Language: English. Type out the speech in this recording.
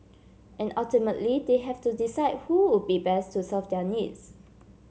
and ultimately they have to decide who would best to serve their needs